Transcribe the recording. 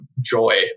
joy